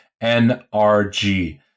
N-R-G